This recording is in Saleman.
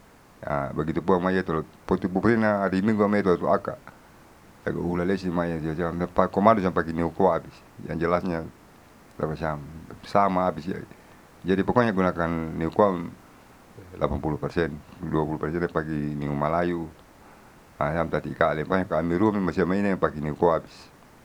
A bagitu puamai yalotopo pupurina hari minggu amai taruaka uhulalesu mai siasian pakoman seng pake nikoa abis yang jelasnya tapasiam sama abis. Jadi pokonya gunakan niukoam lapan puluh persen dua puluh persen pake ininumalayu ahian tati ikaali pokonya pake nirua siamaine pake nikoa abis.